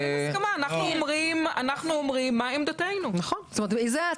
אם זה היה עובר סדר התייחסויות כמו שעוברת